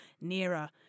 nearer